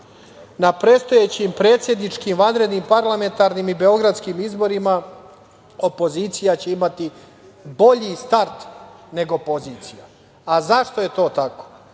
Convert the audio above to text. predstojećim predsedničkim, vanrednim, parlamentarnim i beogradskim izborima opozicija će imati bolji start nego pozicija.Zašto je to tako?